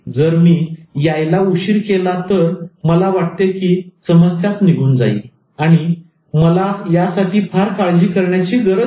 जर मी यायला उशीर केला तर मला वाटते की समस्याच निघून जाईल आणि मला यासाठी फार काळजी करण्याची गरज नाही